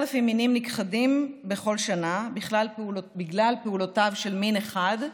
10,000 מינים נכחדים בכל שנה בגלל פעולותיו של מין אחד,